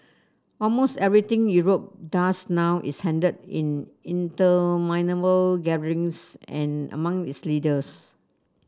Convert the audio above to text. almost anything Europe does now is handled in interminable gatherings and among its leaders